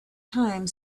time